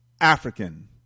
African